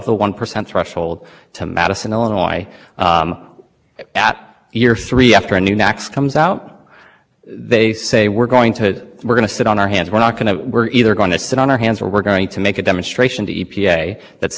interstate pollution and others environmental problems that can be so managed i'd like to address a few of the panel's questions about the tension in the implication of uniform costs vs the shifting pollution